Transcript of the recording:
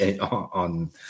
on